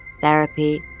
therapy